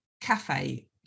cafe